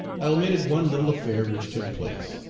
i omitted one little affair which took place,